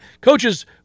Coaches